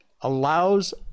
allows